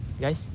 guys